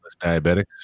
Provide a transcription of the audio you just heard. Diabetics